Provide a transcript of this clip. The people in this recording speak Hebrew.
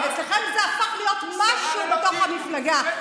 אצלכם זה הפך להיות משהו בתוך המפלגה.